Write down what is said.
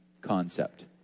concept